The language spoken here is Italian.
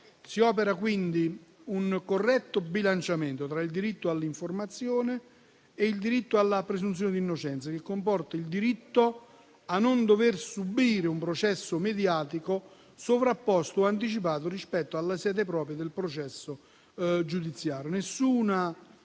Si opera quindi un corretto bilanciamento tra il diritto all'informazione e il diritto alla presunzione di innocenza, che comporta il diritto a non dover subire un processo mediatico sovrapposto o anticipato rispetto alla sede propria del processo giudiziario.